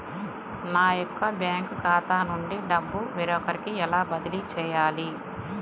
నా యొక్క బ్యాంకు ఖాతా నుండి డబ్బు వేరొకరికి ఎలా బదిలీ చేయాలి?